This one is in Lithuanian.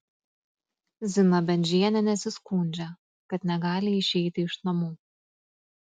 zina bendžienė nesiskundžia kad negali išeiti iš namų